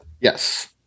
Yes